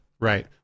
Right